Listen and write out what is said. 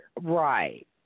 Right